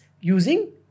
using